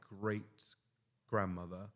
great-grandmother